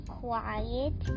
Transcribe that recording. quiet